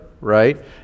right